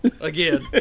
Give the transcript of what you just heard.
Again